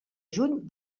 juny